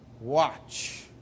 watch